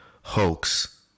hoax